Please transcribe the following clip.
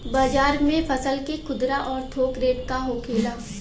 बाजार में फसल के खुदरा और थोक रेट का होखेला?